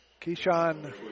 Keyshawn